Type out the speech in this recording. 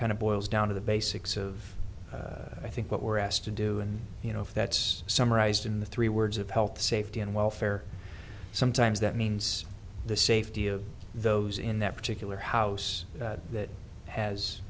kind of boils down to the basics of i think what we're asked to do and you know if that's summarized in the three words of health safety and welfare some times that means the safety of those in that particular house that has